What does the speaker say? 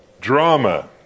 Drama